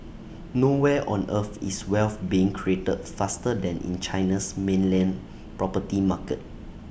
nowhere on earth is wealth being created faster than in China's mainland property market